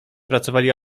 pracowali